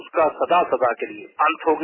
उसका सदा सदा के लिये अन्त हो गया